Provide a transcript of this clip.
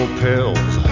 pills